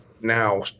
now